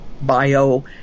bio